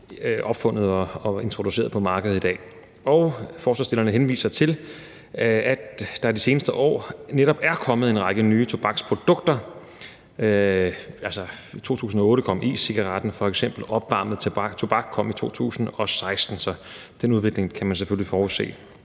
opfundet og introduceret på markedet fremover. Og forslagsstillerne henviser til, at der i de seneste år netop er kommet en række nye tobaksprodukter. I 2008 kom f.eks. e-cigaretter, og opvarmet tobak kom i 2016, så den udvikling kan man selvfølgelig forudse